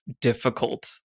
difficult